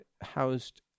housed